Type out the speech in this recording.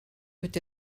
peut